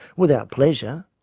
without pleasure,